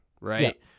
right